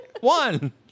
One